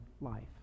life